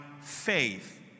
faith